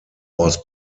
was